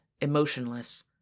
emotionless